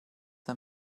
are